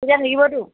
তেতিয়া থাকিবটো